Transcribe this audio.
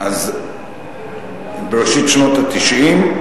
אז בראשית שנות ה-90,